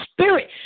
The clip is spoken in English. spirit